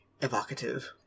evocative